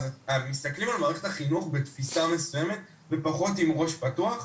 מסתכלים על מערכת החינוך בתקופה מסויימת בפחות עם ראש פתוח.